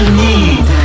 need